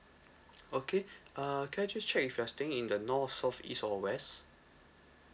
okay uh can I just check if you're staying in the north south east or west